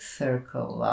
circle